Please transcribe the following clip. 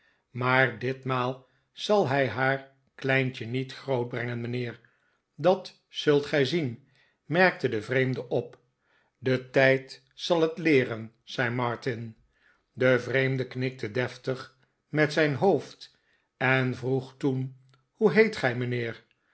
maar ditmaal zal zij haar kleintje niet grootbrengen mijnheer dat zult gij zien merkte de vreemde op de tijd zal het leeren zei martin de vreemde knikte deftig met zijn hoofd en vroeg toen hoe heet gij mijnheer